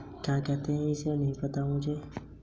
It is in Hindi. विपणन के सिद्धांत क्या हैं?